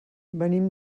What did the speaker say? venim